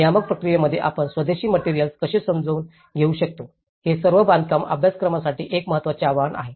नियामक प्रक्रियेमध्ये आपण स्वदेशी मटेरिअल्स कसे सामावून घेऊ शकतो हे सर्व बांधकाम अभ्यासक्रमांसाठी एक महत्त्वाचे आव्हान आहे